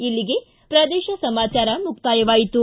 ಇಲ್ಲಿಗೆ ಪ್ರದೇಶ ಸಮಾಚಾರ ಮುಕ್ತಾಯವಾಯಿತು